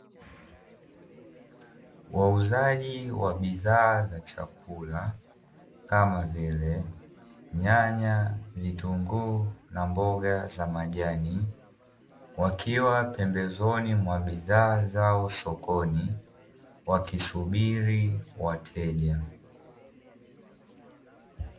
Wauzaji wa bidhaa za chakula kama vile nyanya, vitunguu na mboga za majani, wakiwa pembezoni mwa bidhaa zao sokoni, wakisubiri wateja.